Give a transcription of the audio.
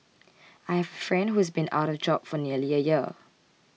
I have a friend who's been out of job for nearly a year